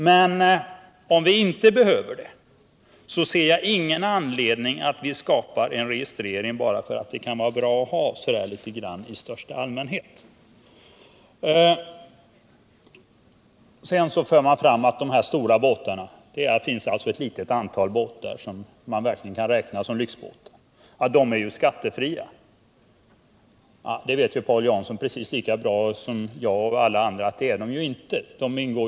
Men om vi inte behöver pengarna kan jag inte se utt det finns någon anledning att införa en registrering bara för att den kan vara bra att ha i största allmänhet. Det finns ett litet antal båtar som verkligen kan räknas som lyxbåtar, och ni anför att de är skattefria. Paul Jansson vet lika bra som jag och alla andra att de inte är det.